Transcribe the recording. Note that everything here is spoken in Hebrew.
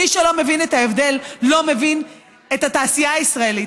מי שלא מבין את ההבדל לא מבין את התעשייה הישראלית,